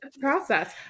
Process